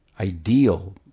Ideal